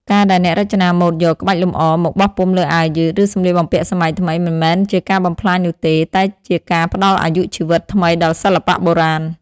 ការដែលអ្នករចនាម៉ូដយក ក្បាច់លម្អ មកបោះពុម្ពលើអាវយឺត ឬសម្លៀកបំពាក់សម័យថ្មី មិនមែនជាការបំផ្លាញនោះទេ តែជាការផ្តល់អាយុជីវិតថ្មីដល់សិល្បៈបុរាណ។